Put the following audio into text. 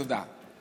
תודה.